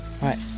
Right